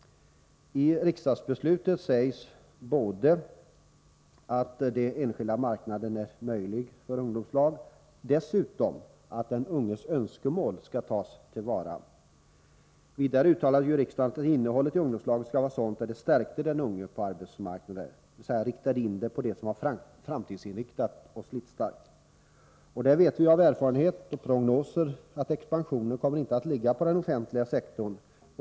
I riksdagsbeslutet sägs att den enskilda marknaden är möjlig för ungdomslag och dessutom att den unges önskemål skall tas till vara. Vidare uttalade riksdagen att innehållet i ungdomslagen skulle vara sådant att det stärkte den unge på arbetsmarknaden, dvs. riktade in den unge på det som var framtidsinriktat och slitstarkt. Och där vet vi ju av erfarenhet och av prognoser att expansionen inte kommer att ligga på den offentliga sektorn.